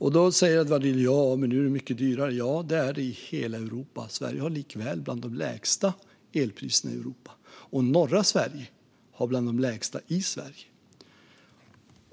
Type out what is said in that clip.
Edward Riedl säger att det är mycket dyrare nu. Ja, men det är det i hela Europa. Sverige har likväl bland de lägsta elpriserna i Europa, och norra Sverige har bland de lägsta i Sverige.